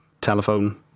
telephone